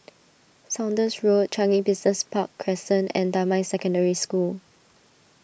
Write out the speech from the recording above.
Saunders Road Changi Business Park Crescent and Damai Secondary School